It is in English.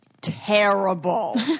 terrible